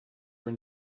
were